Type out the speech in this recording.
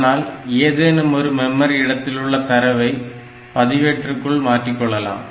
இதனால் ஏதேனும் ஒரு மெமரி இடத்திலுள்ள தரவை பதிவேட்டிற்குள் மாற்றிக்கொள்ளலாம்